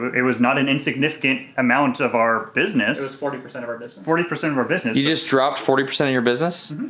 it was not an insignificant amount of our business. it was forty percent of our business. forty percent of our business. you just dropped forty percent of your business?